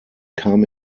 kam